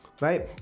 Right